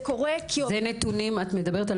מאיפה הנתונים?